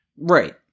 Right